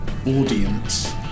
audience